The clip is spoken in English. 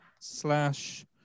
slash